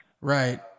Right